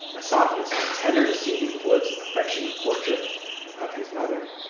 a softness and tenderness seen in wood's affectionate portrait of his mother.